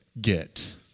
get